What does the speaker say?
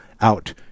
out